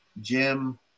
jim